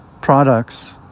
products